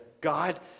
God